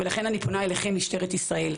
לכן, אני פונה אליכם, משטרת ישראל,